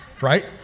right